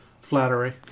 flattery